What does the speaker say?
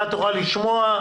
אתה תוכל לשמוע,